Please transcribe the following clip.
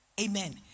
amen